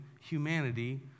humanity